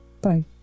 Bye